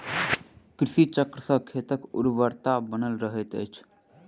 कृषि चक्र सॅ खेतक उर्वरता बनल रहैत अछि